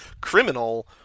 criminal